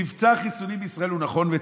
מבצע החיסונים בישראל הוא נכון וטוב,